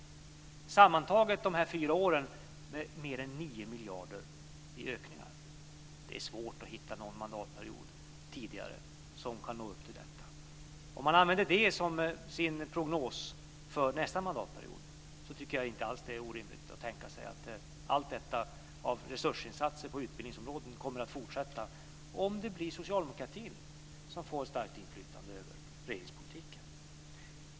Under dessa fyra har det skett en ökning på sammanlagt mer än 9 miljarder. Det är svårt att hitta någon mandatperiod tidigare som kan nå upp till detta. Om man använder det som sin prognos för nästa mandatperiod så tycker jag inte alls att det är orimligt att tänka sig att resursinsatserna på utbildningsområdet kommer att fortsätta om det blir socialdemokratin som får ett starkt inflytande över regeringspolitiken.